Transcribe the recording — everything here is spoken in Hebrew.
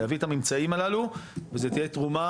להביא את הממצאים הללו וזה תהיה תרומה